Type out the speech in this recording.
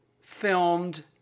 filmed